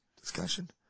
discussion